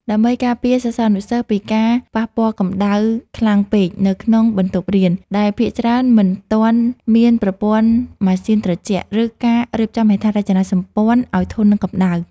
ដើម្បីការពារសិស្សានុសិស្សពីការប៉ះពាល់កម្ដៅខ្លាំងពេកនៅក្នុងបន្ទប់រៀន ដែលភាគច្រើនមិនទាន់មានប្រព័ន្ធម៉ាស៊ីនត្រជាក់ ឬការរៀបចំហេដ្ឋារចនាសម្ព័ន្ធឱ្យធន់នឹងកម្ដៅ។